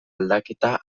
aldaketa